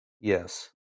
Yes